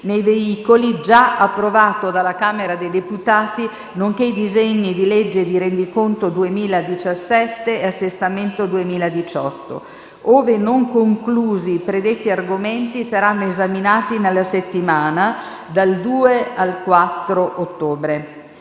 nei veicoli, già approvato dalla Camera dei deputati, nonché i disegni di legge di rendiconto 2017 e assestamento 2018. Ove non conclusi, i predetti argomenti saranno esaminati nella settimana dal 2 al 4 ottobre.